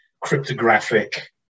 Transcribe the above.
cryptographic